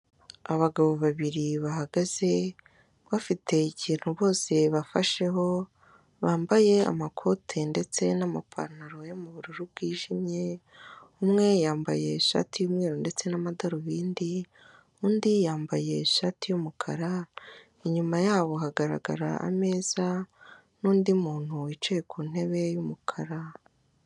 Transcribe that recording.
Abagabo babiri bahagaze bafite ikintu bose bafasheho bambaye amakoti ndetse n'amapantaro yo mu bururu bwijimye, umwe yambaye ishati y'umweru ndetse n'amadarubindi, undi yambaye ishati y'umukara inyuma yabo hagaragara ameza n'undi muntu wicaye ku ntebe y'umukara.